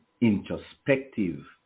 introspective